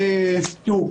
תראו,